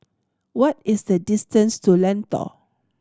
what is the distance to Lentor